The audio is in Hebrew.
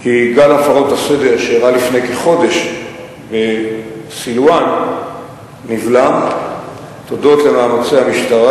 כי גל הפרות הסדר שאירע לפני כחודש בסילואן נבלם תודות למאמצי המשטרה,